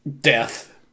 death